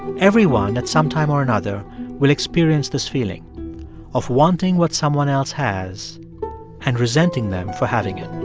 everyone at some time or another will experience this feeling of wanting what someone else has and resenting them for having it